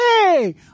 Hey